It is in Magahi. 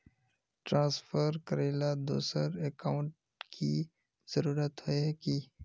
ट्रांसफर करेला दोसर अकाउंट की जरुरत होय है की?